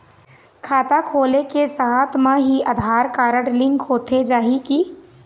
खाता खोले के साथ म ही आधार कारड लिंक होथे जाही की?